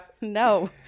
No